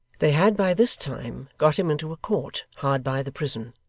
they had by this time got him into a court, hard by the prison.